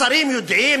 השרים יודעים?